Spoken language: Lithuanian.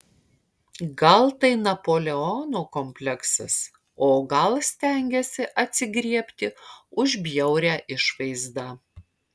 gal tai napoleono kompleksas o gal stengiasi atsigriebti už bjaurią išvaizdą